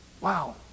Wow